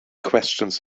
questions